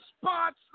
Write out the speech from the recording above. spots